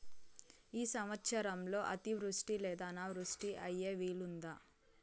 ఈ సంవత్సరంలో అతివృష్టి లేదా అనావృష్టి అయ్యే వీలుందా?